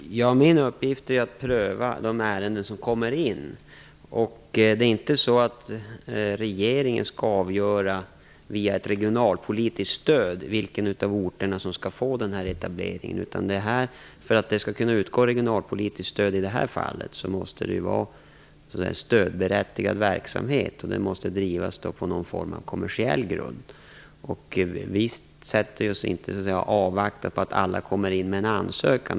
Fru talman! Min uppgift är att pröva de ärenden som kommer in. Det är inte så att regeringen via ett regionalpolitiskt stöd skall avgöra vilken av orterna som skall få den här etableringen. För att det skall kunna utgå regionalpolitiskt stöd i det här fallet måste det vara stödberättigad verksamhet och den måste drivas på någon form av kommersiell grund. Vi avvaktar inte att alla kommer in med ansökningar.